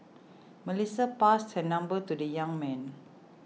Melissa passed her number to the young man